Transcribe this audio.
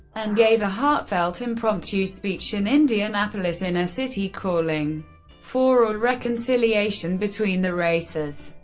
and gave a heartfelt impromptu speech in indianapolis's inner city, calling for a reconciliation between the races.